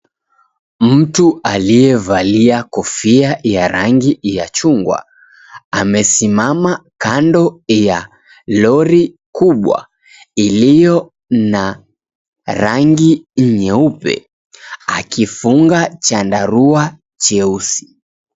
Mtu aliyevalia kofia ya rangi ya chungwa amesimama kando ya lori kubwa ilio na rangi nyeupe akifunga chandarua cheusi.